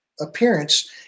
appearance